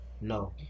No